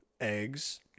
eggs